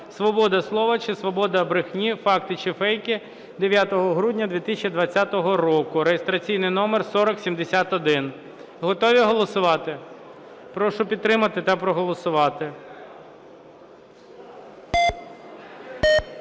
"Свобода слова чи свобода брехні: факти чи фейки" (9 грудня 2020 року) (реєстраційний номер 4071). Готові голосувати? Прошу підтримати та проголосувати.